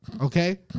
Okay